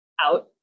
out